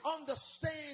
understand